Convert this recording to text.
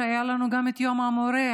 שהיה לנו גם את יום המורה,